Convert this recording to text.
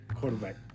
quarterback